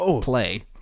play